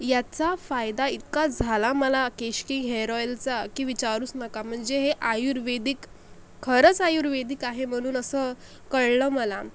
याचा फायदा इतका झाला मला केशकिंग हेअर ऑईलचा की विचारूस नका म्हणजे हे आयुर्वेदिक खरंच आयुर्वेदिक आहे म्हणून असं कळलं मला